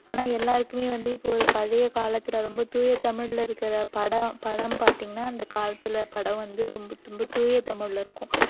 ஆனால் எல்லாேருக்குமே வந்து இப்போது ஒரு பழைய காலத்தில் ரொம்ப தூய தமிழில் இருக்கிற படம் படம் பார்த்திங்கன்னா அந்த காலத்தில் படம் வந்து ரொம்ப தூய தமிழில் இருக்கும்